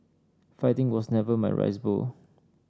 fighting was never my rice bowl